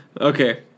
Okay